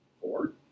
Four